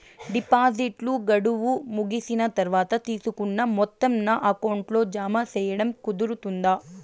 డిపాజిట్లు గడువు ముగిసిన తర్వాత, తీసుకున్న మొత్తం నా అకౌంట్ లో జామ సేయడం కుదురుతుందా?